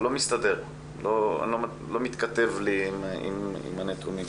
מסתדר, לא מתכתב לי עם הנתונים.